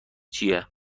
چیه